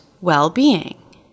well-being